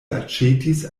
aĉetis